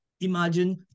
Imagine